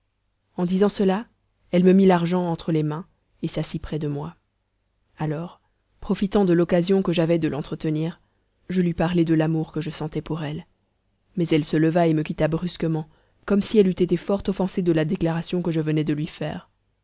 en disant cela elle me mit l'argent entre les mains et s'assit près de moi alors profitant de l'occasion que j'avais de l'entretenir je lui parlai de l'amour que je sentais pour elle mais elle se leva et me quitta brusquement comme si elle eût été fort offensée de la déclaration que je venais de lui faire